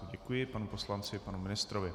Děkuji panu poslanci i panu ministrovi.